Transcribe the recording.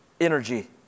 energy